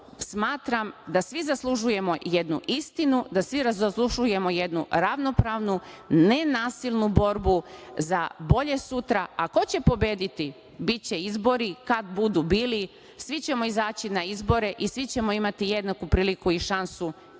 smatram da svi zaslužujemo jednu istinu, da svi zaslužujemo jednu ravnopravnu, nenasilnu borbu za bolje sutra. A ko će pobediti, biće izbori, kad budu bili, svi ćemo izaći na izbore i svi ćemo imati jednaku priliku i šansu